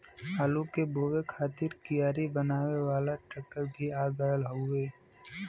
आलू के बोए खातिर कियारी बनावे वाला ट्रेक्टर भी आ गयल हउवे